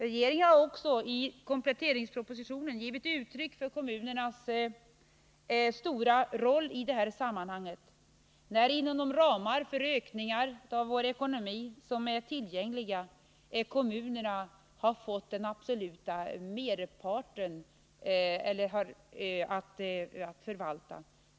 Regeringen har också i kompletteringspropositionen givit uttryck för kommunernas stora roll i detta sammanhang, genom att inom de ramar för ökade utgifter som är tillgängliga i vår ekonomi anvisa kommunerna den absoluta merparten.